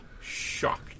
shocked